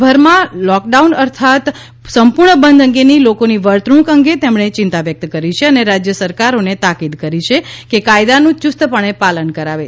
દેશભરમાં lockdown અર્થાત સંપૂર્ણ બંધ અંગે લોકોની વર્તણુક અંગે તેમણે ચિંતા વ્યક્ત કરી છે અને રાજય સરકારોને તાકીદ કરી છે કે કાયદાનું યુસ્તપણે પાલન કરાવે